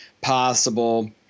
possible